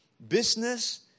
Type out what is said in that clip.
Business